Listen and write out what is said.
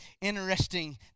interesting